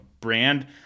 brand